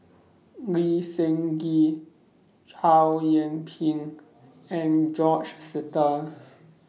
Lee Seng Gee Chow Yian Ping and George Sita